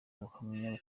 uhamya